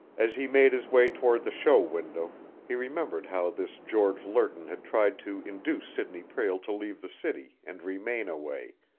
as he made his way toward the show window, he remembered how this george lerton had tried to induce sidney prale to leave the city and remain away,